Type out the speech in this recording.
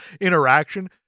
interaction